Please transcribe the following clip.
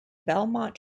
belmont